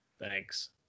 Thanks